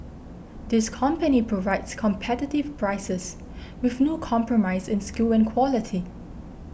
this company provides competitive prices with no compromise in skill and quality